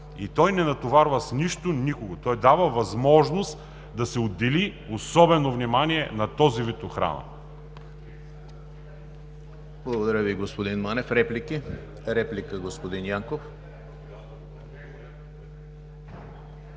и той не натоварва с нищо никого. Той дава възможност да се отдели особено внимание на този вид охрана. ПРЕДСЕДАТЕЛ ЕМИЛ ХРИСТОВ: Благодаря Ви, господин Манев. Реплики? Реплика, господин Янков.